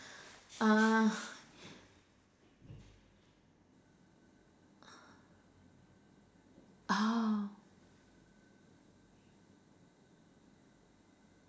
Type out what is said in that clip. uh oh